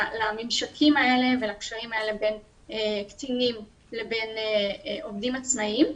לממשקים האלה ולקשרים האלה בין קטינים לבין עובדים עצמאיים.